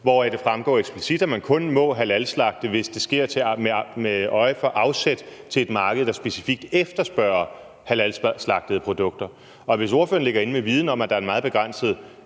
hvoraf det eksplicit fremgår, at man kun må halalslagte, hvis det sker med øje for afsætning til et marked, der specifikt efterspørger halalslagtede produkter. Og hvis ordføreren ligger inde med viden om, at der er en meget begrænset